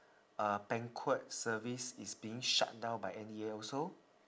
uh banquet service is being shut down by N_E_A also